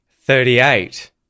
thirty-eight